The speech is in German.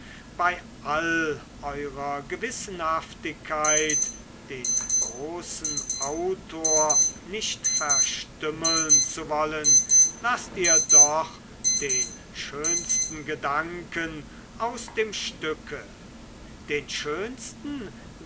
bei all eurer gewissenhaftigkeit den großen autor nicht verstümmeln zu wollen laßt ihr doch den schönsten gedanken aus dem stücke den schönsten